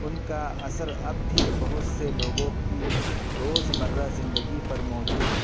ان کا اثر اب بھی بہت سے لوگوں کی روزمرہ زندگی پر موجود ہے